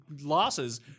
losses